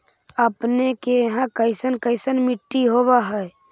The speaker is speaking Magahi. अपने के यहाँ कैसन कैसन मिट्टी होब है?